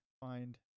find